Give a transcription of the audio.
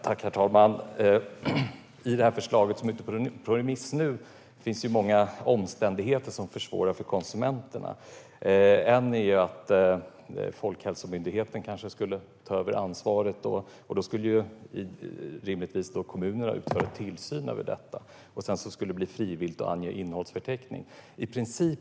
Herr talman! I det förslag som nu är ute på remiss finns många omständigheter som försvårar för konsumenterna. En är att Folkhälsomyndigheten kanske skulle ta över ansvaret. Då skulle rimligtvis kommunerna utföra tillsyn över detta. Sedan skulle det bli frivilligt att ange innehållsförteckning.